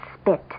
spit